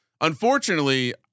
unfortunately